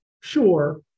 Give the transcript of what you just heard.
Sure